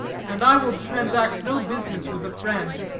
and i will transact no business with a friend.